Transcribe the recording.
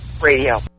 radio